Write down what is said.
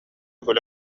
күлэ